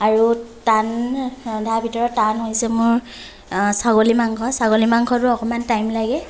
আৰু টান ৰন্ধাৰ ভিতৰত টান হৈছে মোৰ ছাগলী মাংস ছাগলী মাংসটো অকণমান টাইম লাগে